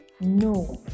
no